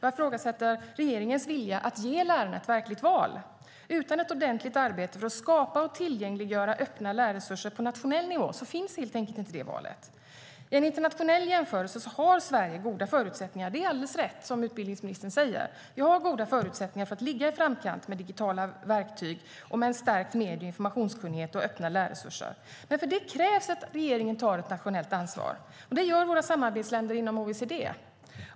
Jag ifrågasätter regeringens vilja att ge lärarna ett verkligt val. Utan ett ordentligt arbete för att skapa och tillgängliggöra öppna lärresurser på nationell nivå finns helt enkelt inte det valet. I en internationell jämförelse har Sverige goda förutsättningar; det är alldeles rätt som utbildningsministern säger. Vi har goda förutsättningar att ligga i framkant med digitala verktyg, öppna lärresurser och en stärkt medie och informationskunnighet. Men för det krävs att regeringen tar ett nationellt ansvar. Det gör våra samarbetsländer inom OECD.